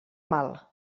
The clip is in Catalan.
mal